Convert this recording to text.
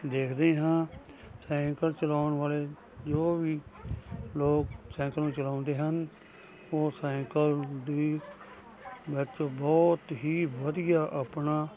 ਦੇਖਦੇ ਹਾਂ ਸੈਂਕਲ ਚਲਾਉਣ ਵਾਲੇ ਜੋ ਵੀ ਲੋਕ ਸੈਂਕਲ ਨੂੰ ਚਲਾਉਂਦੇ ਹਨ ਉਹ ਸੈਂਕਲ ਦੀ ਬੈਠ ਤੋਂ ਬਹੁਤ ਹੀ ਵਧੀਆ ਆਪਣਾ